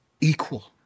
equal